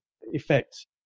effect